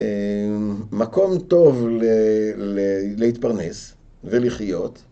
מקום טוב להתפרנס ולחיות.